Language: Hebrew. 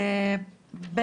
בכל כך הרבה גם